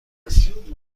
است